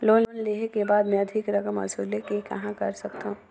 Loan लेहे के बाद मे अधिक रकम वसूले के कहां कर सकथव?